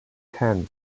ten